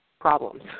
problems